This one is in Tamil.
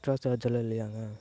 எக்ஸ்ரா சார்ஜ் எல்லாம் இல்லையாங்க